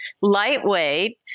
lightweight